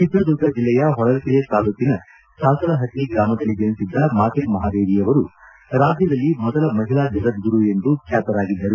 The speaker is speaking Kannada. ಚಿತ್ರದುರ್ಗ ಜಿಲ್ಲೆಯ ಹೊಳಲ್ಕೆರೆ ತಾಲೂಕಿನ ಸಾಸಲಹಟ್ಟಿ ಗ್ರಾಮದಲ್ಲಿ ಜನಿಸಿದ್ದ ಮಾತೆ ಮಹಾದೇವಿಯವರು ರಾಜ್ಯದಲ್ಲಿ ಮೊದಲ ಮಹಿಳಾ ಜಗದ್ಗುರು ಎಂದು ಖ್ಯಾತರಾಗಿದ್ದರು